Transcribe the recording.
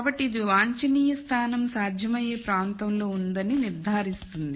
కాబట్టి ఇది వాంఛనీయ స్థానం సాధ్యమయ్యే ప్రాంతంలో ఉందని నిర్ధారిస్తుంది